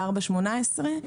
ב-4.18,